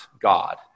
God